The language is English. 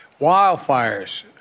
wildfires